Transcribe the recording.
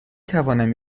توانم